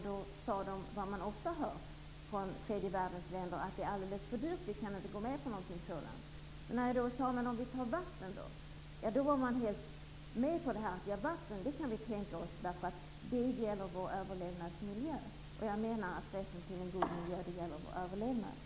Då sade de, som man ofta hör från tredje världens länder, att det är alldeles för dyrt och att de inte kan gå med på någonting sådant. När jag då sade att vi skulle kunna ta in frågan om vatten var de helt med på det: Vatten kan vi tänka oss, därför att det gäller vår överlevnadsmiljö. Jag menar att rätten till en god miljö gäller vår överlevnad.